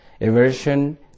aversion